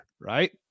right